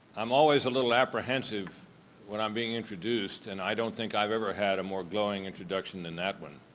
i'm always a little apprehensive when i'm being introduced and i don't think i've ever had a more glowing introduction than that one,